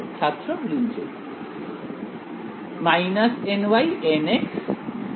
ছাত্র ঋণচিহ্ন ny nx 0